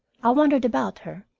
i wondered about her.